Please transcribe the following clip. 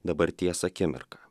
dabarties akimirką